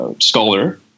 scholar